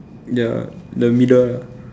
ya the middle ah